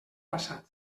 passat